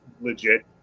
legit